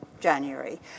January